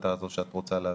להחלטה הזאת שאת רוצה להעביר,